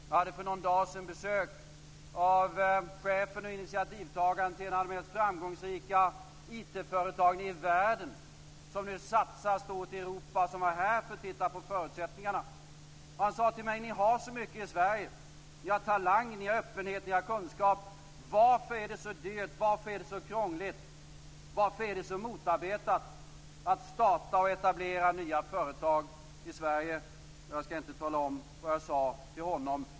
Jag hade för någon dag sedan besök av chefen och initiativtagaren till en av de mest framgångsrika IT företagen i världen, som nu satsar stort i Europa. Han var här för att titta på förutsättningarna. Han sade till mig: "Ni har så mycket i Sverige. Ni har talang, ni har öppenhet och ni har kunskap. Varför är det så dyrt, krångligt och motarbetat att starta och etablera nya företag i Sverige?" Jag skall inte tala om vad jag sade till honom.